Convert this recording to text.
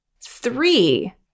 three